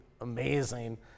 amazing